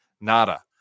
Nada